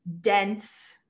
dense